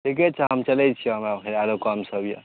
ठीके छऽ हम चलै छिअ हमरा फेर आओर कामसब अइ